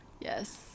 Yes